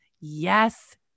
Yes